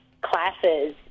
classes